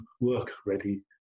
work-ready